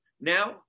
now